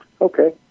Okay